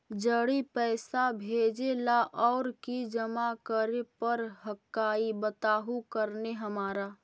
जड़ी पैसा भेजे ला और की जमा करे पर हक्काई बताहु करने हमारा?